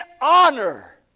honor